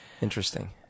Interesting